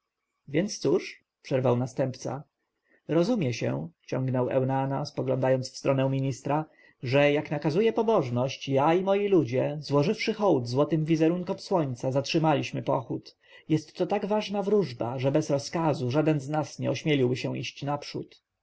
więc cóż przerwał następca rozumie się ciągnął eunana spoglądając w stronę ministra że jak nakazuje pobożność ja i moi ludzie złożywszy hołd złotym wizerunkom słońca zatrzymaliśmy pochód jest to tak ważna wróżba że bez rozkazu żaden z nas nie ośmieliłby się iść naprzód